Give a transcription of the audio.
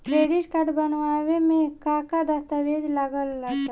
Credit card बनवावे म का का दस्तावेज लगा ता?